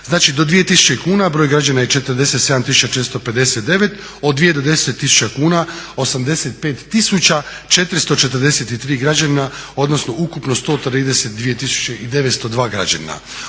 znači do 2 tisuće kuna broj građana je 47 459, od 2 do 10 tisuća kuna 85 443 građana odnosno ukupno 132 902 građana.